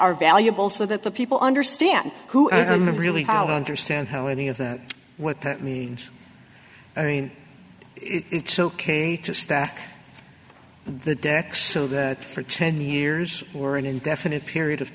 are valuable so that the people understand who really understand how any of that what that means i mean it's ok to stack the deck so that for ten years or an indefinite period of